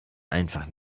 einfach